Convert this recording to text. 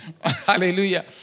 Hallelujah